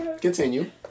continue